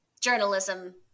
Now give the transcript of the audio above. journalism